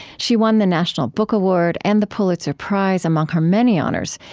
she won the national book award and the pulitzer prize among her many honors,